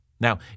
Now